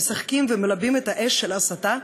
משחקים ומלבים את האש של ההסתה,